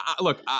look